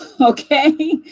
okay